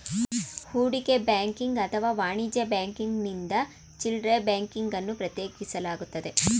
ಹೂಡಿಕೆ ಬ್ಯಾಂಕಿಂಗ್ ಅಥವಾ ವಾಣಿಜ್ಯ ಬ್ಯಾಂಕಿಂಗ್ನಿಂದ ಚಿಲ್ಡ್ರೆ ಬ್ಯಾಂಕಿಂಗ್ ಅನ್ನು ಪ್ರತ್ಯೇಕಿಸಲಾಗುತ್ತೆ